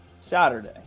Saturday